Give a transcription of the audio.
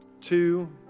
two